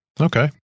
Okay